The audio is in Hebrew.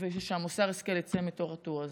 ושמוסר ההשכל יצא מתוך הטור הזה.